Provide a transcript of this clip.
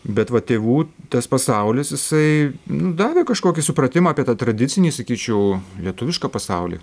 bet va tėvų tas pasaulis jisai davė kažkokį supratimą apie tą tradicinį sakyčiau lietuvišką pasaulį